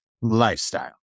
lifestyle